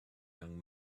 young